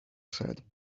said